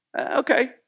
Okay